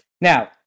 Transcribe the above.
Now